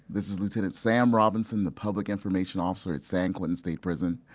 this is lieutenant sam robinson the public information officer at san quentin state prison.